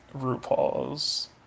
RuPaul's